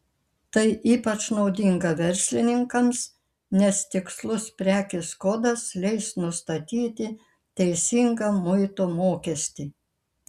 tai ypač naudinga verslininkams nes tikslus prekės kodas leis nustatyti teisingą muito mokestį